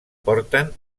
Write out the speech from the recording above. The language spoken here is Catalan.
porten